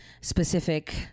specific